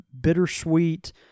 bittersweet